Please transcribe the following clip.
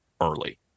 early